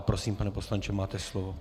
Prosím, pane poslanče, máte slovo.